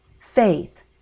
faith